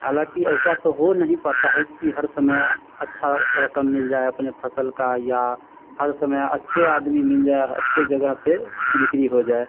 हालाँकि ऐसा तो हो नहीं पाता है कि हर समय अच्छा रकम मिल जाए अपने फसल का या हर समय अच्छे आदमी मिल जाए अच्छी जगह पर बिक्री हो जाए